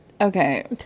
Okay